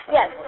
Yes